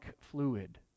fluid